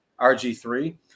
rg3